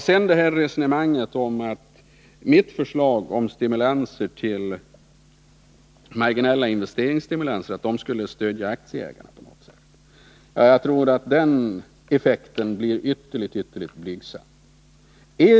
Sedan till resonemanget om att mitt förslag om marginella investeringsstimulanser skulle stödja aktieägarna. Jag tror att den effekten bli ytterligt blygsam.